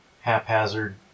haphazard